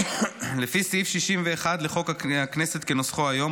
לפי סעיף 61 לחוק הכנסת כנוסחו היום,